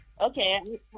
Okay